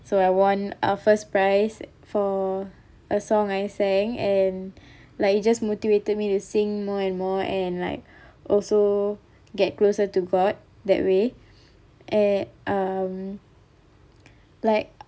so I won uh first prize for a song I sang and like it just motivated me to sing more and more and like also get closer to god that way and um like